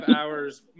hours